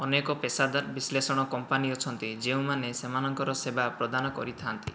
ଅନେକ ପେସାଦାର ବିଶ୍ଳେଷଣ କମ୍ପାନୀ ଅଛନ୍ତି ଯେଉଁମାନେ ସେମାନଙ୍କର ସେବା ପ୍ରଦାନ କରିଥାନ୍ତି